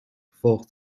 gevolg